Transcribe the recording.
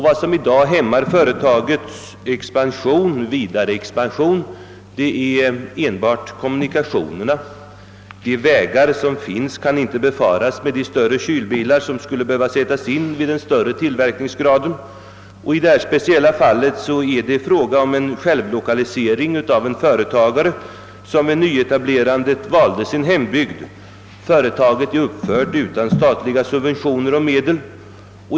Vad som i dag hämmar företagets vidare expansion är enbart kommunikationerna — de vägar som finns kan inte befaras med de större kylbilar, som skulle behöva sättas in vid en utvidgad tillverkning. I detta speciella fall är det fråga om en självlokalisering av en företagare, som vid nyetablerandet valde sin hembygd. Företaget är uppbyggt utan statliga subventioner.